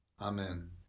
Amen